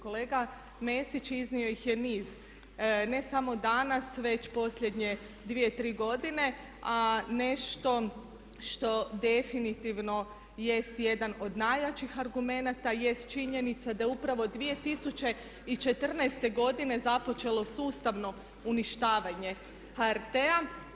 Kolega Mesić iznio ih je niz, ne samo danas već posljednje 2, 3 godine a nešto što definitivno jest jedan od najjačih argumenata jest činjenica da je upravo 2014. godine započelo sustavno uništavanje HRT-a.